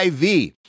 IV